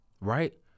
right